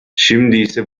şimdiyse